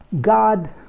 God